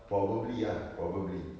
probably ya probably